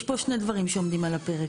יש פה שני דברים שעומדים על הפרק: